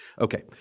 Okay